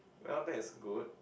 well that is good